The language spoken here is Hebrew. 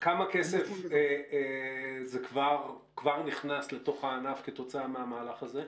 כמה כסף כבר נכנס לתוך הענף כתוצאה מהמהלך הזה?